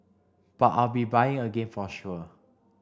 but I'll be buying again for sure